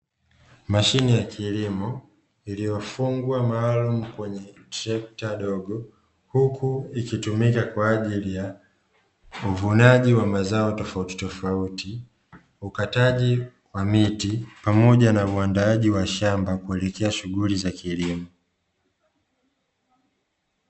Mashine ya kilimo iliyofungwa maalumu kwenye trekta dogo, huku ikitumika kwaajili ya uvunaji wa mazao tofauti tofauti, ukataji wa miti pamoja na uandaaji wa shamba kuelekea shughuli za kilimo.